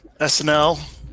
SNL